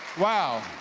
wow,